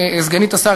סגנית השר,